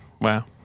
Wow